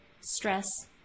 stress